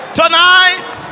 tonight